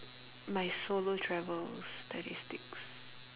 my solo travels statistics